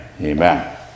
amen